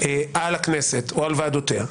על הכנסת או על ועדותיה,